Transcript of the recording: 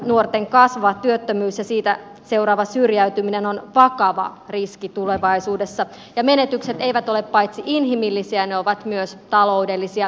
nuorten kasvava työttömyys ja siitä seuraava syrjäytyminen ovat vakava riski tulevaisuudessa ja menetykset eivät ole ainoastaan inhimillisiä ne ovat myös taloudellisia